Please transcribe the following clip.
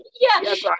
Yes